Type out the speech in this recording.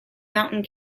mountain